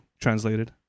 translated